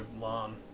lawn